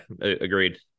agreed